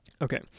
Okay